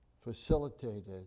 facilitated